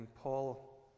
Paul